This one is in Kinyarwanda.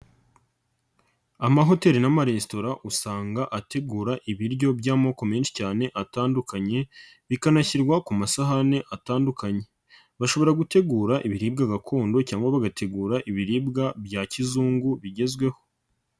Amahoteli n'amaresitora usanga ategura ibiryo by'amoko menshi cyane atandukanye, bikanashyirwa ku masahani atandukanye, bashobora gutegura ibiribwa gakondo cyangwa bagategura ibiribwa bya kizungu bigezweho.